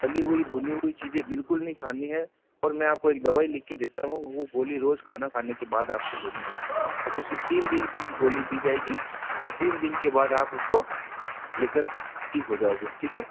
तली हुई भुनी हुई चीज़ें बिल्कुल नहीं खानी है और मैं आपको एक दवाई लिखके देता हूँ वो गोली रोज खाना खाने के बाद आपको लेनी है आपको सिर्फ तीन दिन की गोली दी जाएगी और तीन दिन के बाद आप उसको लेकर ठीक हो जाओगे ठीक है